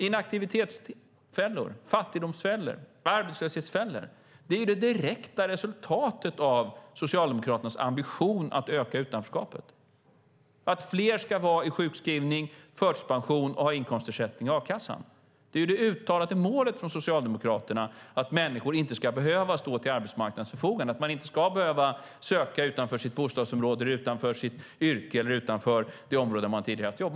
Inaktivitetsfällor, fattigdomsfällor, arbetslöshetsfällor - det är det direkta resultatet av Socialdemokraternas ambition att öka utanförskapet, att fler ska vara i sjukskrivning, förtidspension och ha inkomstersättning i a-kassan. Det är ju det uttalade målet från Socialdemokraterna att människor inte ska behöva stå till arbetsmarknadens förfogande, att man inte ska behöva söka utanför sitt bostadsområde, utanför sitt yrke eller utanför det område där man tidigare har haft jobb.